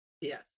yes